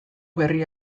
berri